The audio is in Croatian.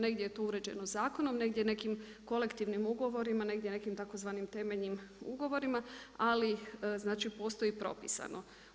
Negdje je to uređeno zakonom, negdje nekim kolektivnim ugovorima, negdje nekim tzv. temeljnim ugovorima, ali znači postoji propisano.